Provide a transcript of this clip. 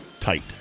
tight